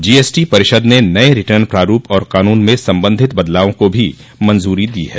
G ST परिषद ने नए रिटर्न प्रारूप और कानून में संबंधित बदलावों को भी मंजूरी दी है